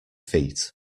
feet